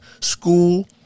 school